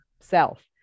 self